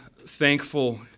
thankful